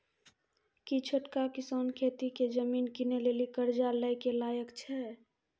कि छोटका किसान खेती के जमीन किनै लेली कर्जा लै के लायक छै?